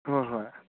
ꯍꯣꯏ ꯍꯣꯏ